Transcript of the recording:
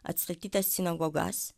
atstatytas sinagogas